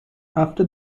after